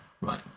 Right